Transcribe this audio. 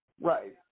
Right